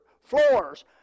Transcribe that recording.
floors